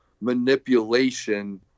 manipulation